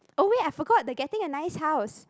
oh wait I forgot I'm getting a nice house